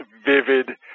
vivid